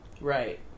Right